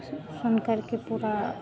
सुन सुनकर के पुरे